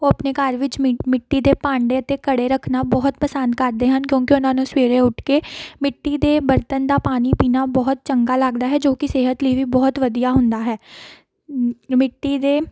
ਉਹ ਆਪਣੇ ਘਰ ਵਿੱਚ ਮੀ ਮਿੱਟੀ ਦੇ ਭਾਂਡੇ ਅਤੇ ਘੜੇ ਰੱਖਣਾ ਬਹੁਤ ਪਸੰਦ ਕਰਦੇ ਹਨ ਕਿਉਂਕਿ ਉਹਨਾਂ ਨੂੰ ਸਵੇਰੇ ਉੱਠ ਕੇ ਮਿੱਟੀ ਦੇ ਬਰਤਨ ਦਾ ਪਾਣੀ ਪੀਣਾ ਬਹੁਤ ਚੰਗਾ ਲੱਗਦਾ ਹੈ ਜੋ ਕਿ ਸਿਹਤ ਲਈ ਵੀ ਬਹੁਤ ਵਧੀਆ ਹੁੰਦਾ ਹੈ ਮਿੱਟੀ ਦੇ